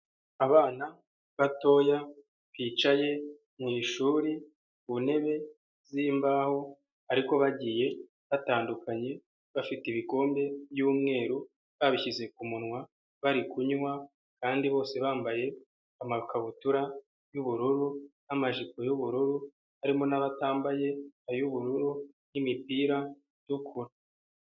Abana batoya bicaye mu ishuri ku ntebe z'imbaho ariko bagiye batandukanye, bafite ibikombe by'umweru, babishyize ku munwa bari kunywa kandi bose bambaye amakabutura y'ubururu n'amajipo y'ubururu, harimo n'abatambaye ay'ubururu n'imipira itukura.